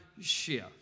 shift